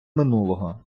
минулого